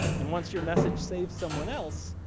and once your message saves someone else,